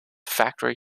factory